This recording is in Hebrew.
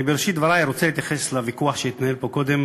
בראשית דברי אני רוצה להתייחס לוויכוח שהתנהל פה קודם